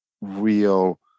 real